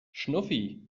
schnuffi